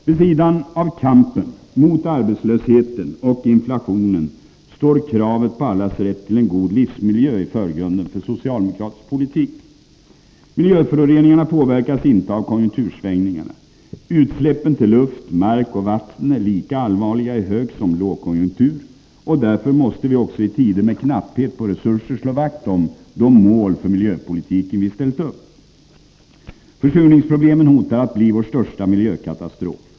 Vid sidan av kampen mot arbetslösheten och inflationen står kravet på allas rätt till en god livsmiljö i förgrunden för socialdemokratisk politik. Miljöföroreningarna påverkas inte av konjunktursvängningarna. Utsläppen till luft, mark och vatten är lika allvarliga i högsom lågkonjunktur. Därför måste vi också i tider med knapphet på resurser slå vakt om de mål för miljöpolitiken vi har ställt upp. Försurningsproblemen hotar att bli vår största miljökatastrof.